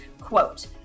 quote